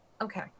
okay